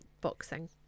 boxing